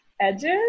edges